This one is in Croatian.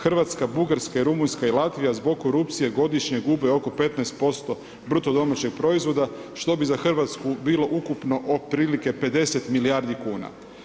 Hrvatska, Bugarska, Rumunjska i Latvija zbog korupcije godišnje gube oko 15% BDP-a što bi za Hrvatsku bilo ukupno otprilike 50 milijardi kuna.